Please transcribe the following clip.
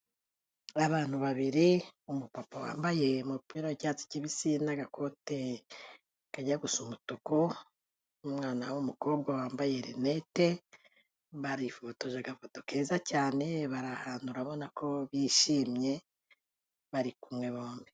Abantu babiri, umu papa wambaye umupira w'icyatsi kibisi n'agakote kajya gusa umutuku, umwana w'umukobwa wambaye rinete, barifotoje agafoto keza cyane, bari ahantu urabona ko bishimye bari kumwe bombi.